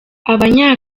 abanya